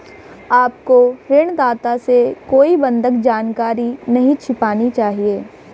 आपको ऋणदाता से कोई बंधक जानकारी नहीं छिपानी चाहिए